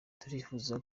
turifuza